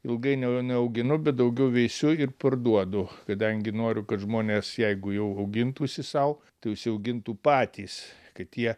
ilgai ne neauginu bet daugiau veisiu ir parduodu kadangi noriu kad žmonės jeigu jau augintųsi sau tai užsiaugintų patys kad jie